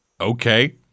okay